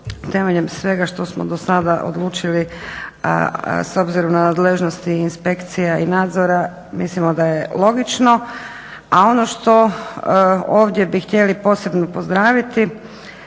temeljem svega što smo do sada odlučili s obzirom na nadležnosti inspekcija i nadzora mislimo da je logično. A ono što ovdje bi htjeli posebno pozdraviti